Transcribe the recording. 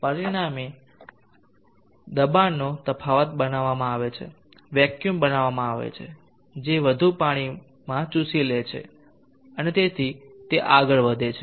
અને પરિણામે દબાણનો તફાવત બનાવવામાં આવે છે વેક્યૂમ બનાવવામાં આવે છે જે વધુ પાણીમાં ચૂસી લે છે અને તેથી તે આગળ વધે છે